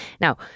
Now